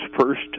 first